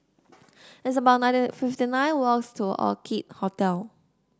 it's about ninety fifty nine walks to Orchid Hotel